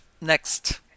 next